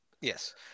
yes